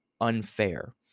unfair